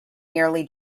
nearly